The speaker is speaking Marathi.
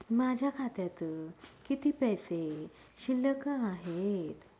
माझ्या खात्यात किती पैसे शिल्लक आहेत?